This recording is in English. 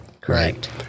Correct